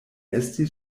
estis